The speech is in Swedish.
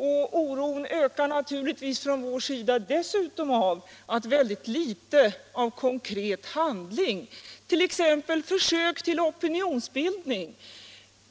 Vår oro ökas naturligtvis dessutom av de få försöken till konkret handling, t.ex. försök till opinionsbildning.